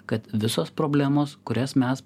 kad visos problemos kurias mes